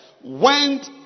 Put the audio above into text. went